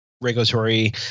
regulatory